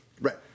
Right